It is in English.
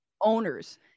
owners